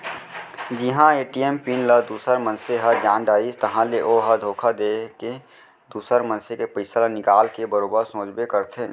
जिहां ATM pin ल दूसर मनसे ह जान डारिस ताहाँले ओ ह धोखा देके दुसर मनसे के पइसा ल निकाल के बरोबर सोचबे करथे